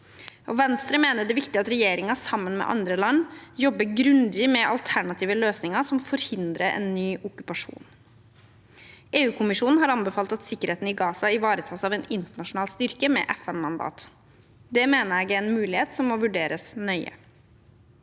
Venstre mener det er viktig at regjeringen, sammen med andre land, jobber grundig med alternative løsninger som forhindrer en ny okkupasjon. EU-kommisjonen har anbefalt at sikkerheten i Gaza ivaretas av en internasjonal styrke med FN-mandat. Det mener jeg er en mulighet som må vurderes nøye.